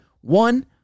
One